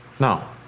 no